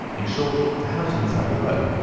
in short, the house in saville row,